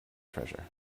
treasure